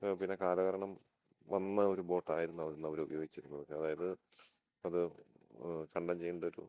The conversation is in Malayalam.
പിന്നെ കാലഹരണം വന്ന ഒരു ബോട്ട് ആയിരുന്നു അത് അന്ന് അവർ ഉപയോഗിച്ചിരുന്നത് അതായത് അത് കണ്ടം ചെയ്യേണ്ട ഒരു